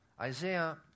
Isaiah